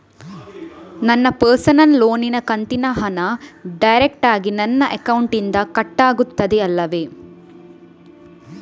ನನ್ನ ಪರ್ಸನಲ್ ಲೋನಿನ ಕಂತಿನ ಹಣ ಡೈರೆಕ್ಟಾಗಿ ನನ್ನ ಅಕೌಂಟಿನಿಂದ ಕಟ್ಟಾಗುತ್ತದೆ ಅಲ್ಲವೆ?